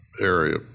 area